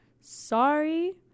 Sorry